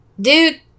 dude